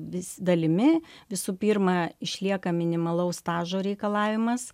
vis dalimi visų pirma išlieka minimalaus stažo reikalavimas